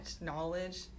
knowledge